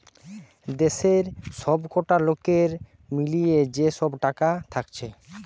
দেশের সবকটা লোকের মিলিয়ে যে সব টাকা থাকছে